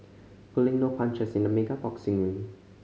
pulling no punches in the mega boxing ring